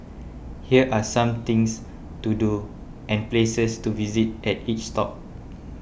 here are some things to do and places to visit at each top